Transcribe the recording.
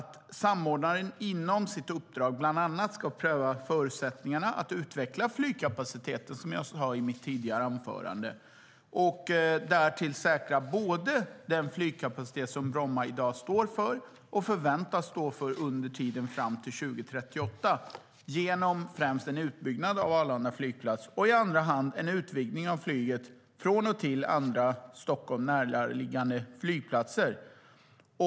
Samordnaren ska inom sitt uppdrag bland annat pröva förutsättningarna att utveckla flygkapaciteten, som jag sa i mitt tidigare anförande, och att därtill säkra den flygkapacitet som Bromma står för i dag och förväntas stå för under tiden fram till 2038 genom främst en utbyggnad av Arlanda flygplats och i andra hand en utvidgning av flyget från och till andra Stockholm närliggande flygplatser.